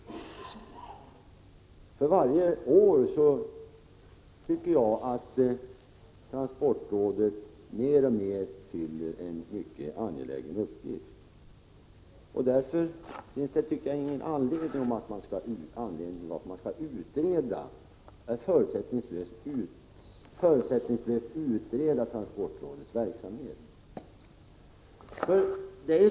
Jag tycker att transportrådet för varje år fyller en mer och mer angelägen uppgift. Därför tycker jag inte det finns anledning att förutsättningslöst utreda transportrådets verksamhet.